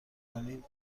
کنیم